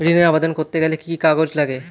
ঋণের আবেদন করতে গেলে কি কি কাগজ লাগে?